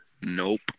Nope